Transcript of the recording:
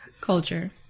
Culture